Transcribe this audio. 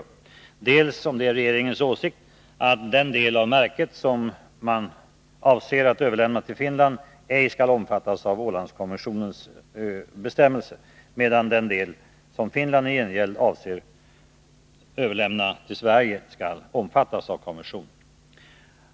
Är det vidare regeringens åsikt, att den del av Märket som man avser att överlämna till Finland ej skall omfattas av Ålandskonventionens bestämmelser, medan den del som Finland i gengäld avser överlämna till Sverige skall omfattas av konventionen?